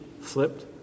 flipped